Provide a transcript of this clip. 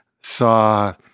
saw